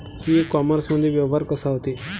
इ कामर्समंदी व्यवहार कसा होते?